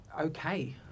okay